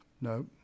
no